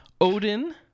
Odin